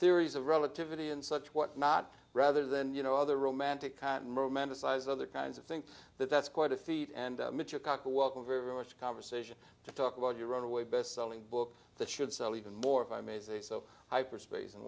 theories of relativity and such whatnot rather than you know other romantic momentous size other kinds of think that that's quite a feat and michio kaku welcome very much conversation to talk about your runaway best selling book the should sell even more if i may say so hyper space and